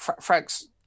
Frank's